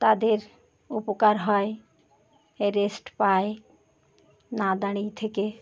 তাদের উপকার হয় রেস্ট পায় না দাঁড়িয়ে থেকে